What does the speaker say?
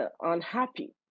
unhappy